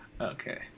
Okay